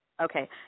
Okay